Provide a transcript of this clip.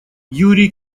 юрий